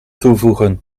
toevoegen